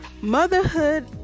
Motherhood